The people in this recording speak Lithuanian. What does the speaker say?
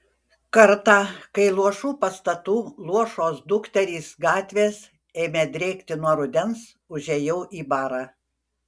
kartą kai luošų pastatų luošos dukterys gatvės ėmė drėkti nuo rudens užėjau į barą